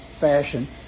fashion